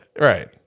Right